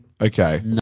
okay